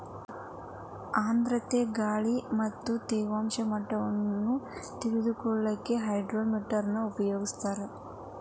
ಆರ್ಧ್ರತೆ ಗಾಳಿ ಮತ್ತ ತೇವಾಂಶ ಮಟ್ಟವನ್ನ ತಿಳಿಕೊಳ್ಳಕ್ಕ ಹೈಗ್ರೋಮೇಟರ್ ನ ಉಪಯೋಗಿಸ್ತಾರ